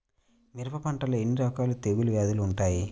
మిరప పంటలో ఎన్ని రకాల తెగులు వ్యాధులు వుంటాయి?